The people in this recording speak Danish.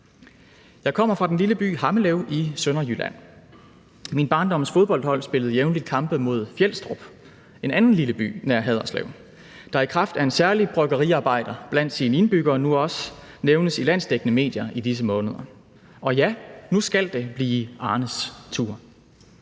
Jeg kommer fra den lille by Hammelev i Sønderjylland. Min barndoms fodboldhold spillede jævnligt kampe mod Fjelstrup, en anden lille by nær Haderslev, der i kraft af en særlig bryggeriarbejder blandt sine indbyggere nu også nævnes i landsdækkende medier i disse måneder. Og ja, nu skal det blive Arnes tur.